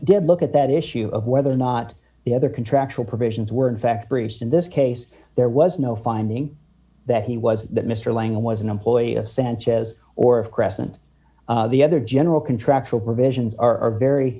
did look at that issue of whether or not the other contractual provisions were in fact bruised in this case there was no finding that he was that mr lang was an employee of sanchez or crescent the other general contractual provisions are